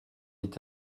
est